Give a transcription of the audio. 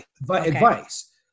advice